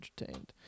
entertained